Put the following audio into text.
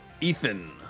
Ethan